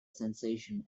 sensation